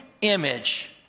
image